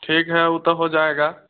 ठीक है वह तो हो जाएगा